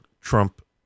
Trump